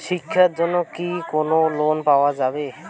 শিক্ষার জন্যে কি কোনো লোন পাওয়া যাবে?